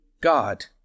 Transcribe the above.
God